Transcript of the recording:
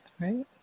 right